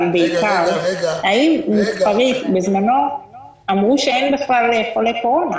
בשעתו אמרו שאין בכלל חולי קורונה.